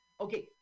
Okay